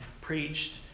preached